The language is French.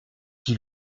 qui